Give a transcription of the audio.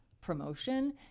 promotion